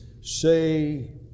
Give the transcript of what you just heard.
say